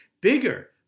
Bigger